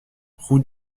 route